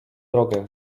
drogę